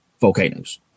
volcanoes